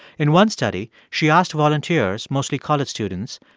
in one study, she asked volunteers, mostly college students,